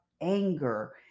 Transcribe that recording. anger